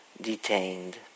detained